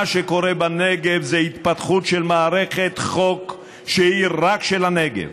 מה שקורה בנגב זה התפתחות של מערכת חוק שהיא רק של הנגב.